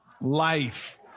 Life